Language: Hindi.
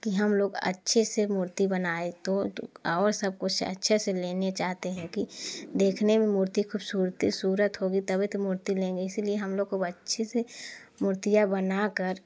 कि हम लोग अच्छे से मूर्ति बनाए तो और सब कुछ अच्छे से लेने जाते हैं कि देखने में मूर्ति खूबसूरती खूबसूरत होगी तभी तो मूर्ति लेंगे इसी लिए हम लोग को खूब अच्छे से मूर्तियाँ बना कर